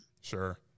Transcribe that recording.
Sure